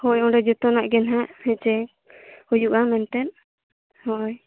ᱦᱳᱭ ᱚᱸᱰᱮ ᱡᱚᱛᱚᱣᱟᱜ ᱜᱮ ᱱᱟᱱᱦᱟ ᱦᱮᱸᱥᱮ ᱦᱩᱭᱩᱜᱼᱟ ᱢᱮᱱᱛᱮ ᱦᱳᱭ